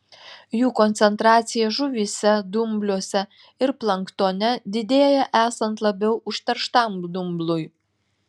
jų koncentracija žuvyse dumbliuose ir planktone didėja esant labiau užterštam dumblui